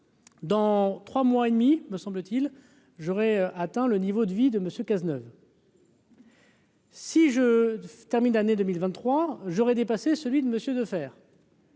Dans trois mois et demi, me semble-t-il, j'aurai atteint le niveau de vie de monsieur Cazeneuve. Si je termine l'année 2023 j'aurai dépassé celui de monsieur